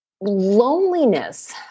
loneliness